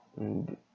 mm